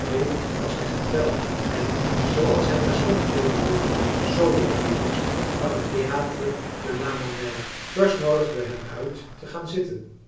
was echter belg en zooals hij terstond meedeelde solo violist aan het théatre de la monnaie george noodigde hem uit te gaan zitten